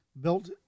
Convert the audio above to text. Built